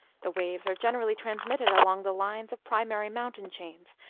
the waves are generally transmitted along the lines of primary mountain chains,